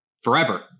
forever